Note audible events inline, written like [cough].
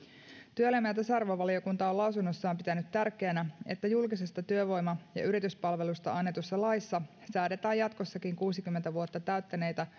työelämä ja tasa arvovaliokunta on lausunnossaan pitänyt tärkeänä että julkisesta työvoima ja yrityspalvelusta annetussa laissa säädetään jatkossakin kuusikymmentä vuotta täyttäneitä [unintelligible]